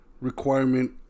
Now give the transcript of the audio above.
requirement